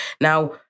now